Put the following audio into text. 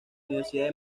universidad